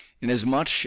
inasmuch